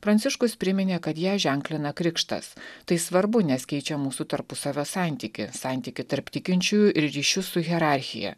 pranciškus priminė kad ją ženklina krikštas tai svarbu nes keičia mūsų tarpusavio santykį santykį tarp tikinčiųjų ir ryšių su hierarchija